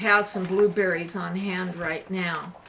have some blueberries on hand right now